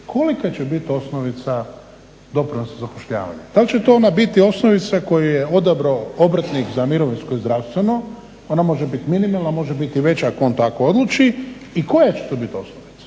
Kolika će biti osnovica doprinosa za zapošljavanje? Da li će to ona biti osnovica koju je odabrao obrtnik za mirovinsko i zdravstveno? Ona može biti minimalna, a može biti i veća ako on tako odluči i koja će to biti osnovica?